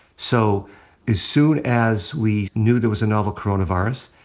so as soon as we knew there was a novel coronavirus,